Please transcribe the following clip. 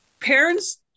parents